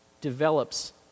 develops